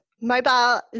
mobile